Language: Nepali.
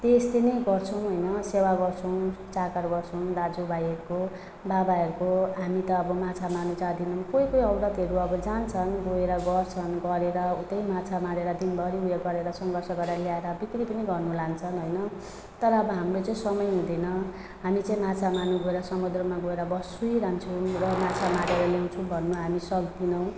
त्यस्तै नै गर्छौँ होइन सेवा गर्छौँ चाकर गर्छौँ दाजुभाइहरूको बाबाहरूको हामी त अब माछा मार्नु जाँदिनौँ कोही कोही औरतहरू अब जान्छन् गएर गर्छन् गरेर उतै माछा मारेर दिनभरि ऊ यो गरेर सङ्घर्ष गरेर ल्याएर बिक्री पनि गर्नु लान्छन् होइन तर अब हाम्रो चाहिँ समय हुँदैन हामी चाहिँ माछा मार्नु गोएर समुद्रमा गएर बसिरहन्छौँ र माछा मारेर ल्याउँछौँ घरमा हामी सक्दिनौँ